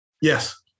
Yes